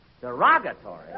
Derogatory